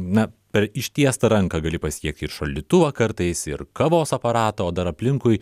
na per ištiestą ranką gali pasiekti ir šaldytuvą kartais ir kavos aparatą o dar aplinkui